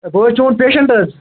ہَے بہٕ حظ چوٚن پیشنٛٹ حظ